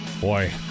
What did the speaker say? Boy